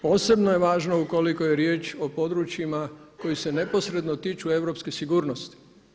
Posebno je važno ukoliko je riječ o područjima koji se neposredno tiču europske sigurnosti.